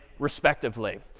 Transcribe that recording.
respectively.